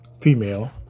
female